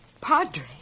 Padre